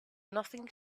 nothing